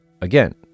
Again